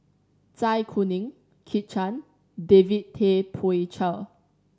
Zai Kuning Kit Chan David Tay Poey Cher